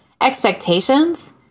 expectations